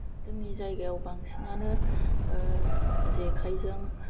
जोंनि जाइगायाव बांसिनानो जेखाइजों